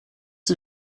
die